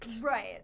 right